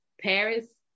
Paris